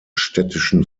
städtischen